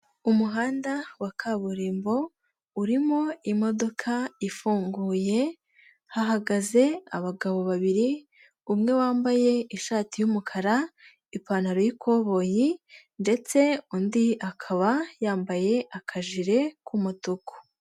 Umuhanda wa kaburimbo, urimo imodoka ifunguye, hahagaze abagabo babiri, umwe wambaye ishati y'umukara, ipantaro y'ikoboyi ndetse undi akaba yambaye akajire k'umutuku.